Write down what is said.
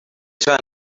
turned